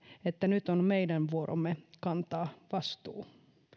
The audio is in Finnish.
että nyt on meidän vuoromme kantaa vastuu